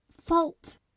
fault